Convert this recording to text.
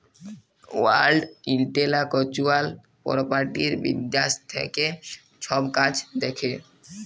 world intellectual property বিদ্যাশ থ্যাকে ছব কাজ দ্যাখে